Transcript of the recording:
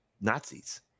nazis